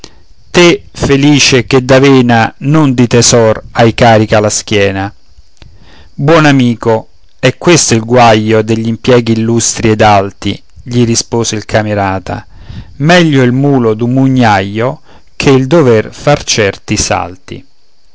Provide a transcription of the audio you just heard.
te felice che d'avena non di tesor hai carica la schiena buon amico è questo il guaio degl'impieghi illustri ed alti gli rispose il camerata meglio il mulo d'un mugnaio che il dover far certi salti